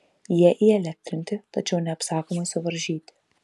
jie įelektrinti tačiau neapsakomai suvaržyti